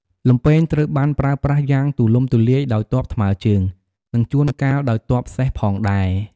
លំពែងត្រូវបានប្រើប្រាស់យ៉ាងទូលំទូលាយដោយទ័ពថ្មើរជើង និងជួនកាលដោយទ័ពសេះផងដែរ។